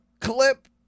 clip